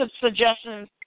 suggestions